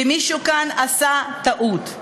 ומישהו כאן עשה טעות,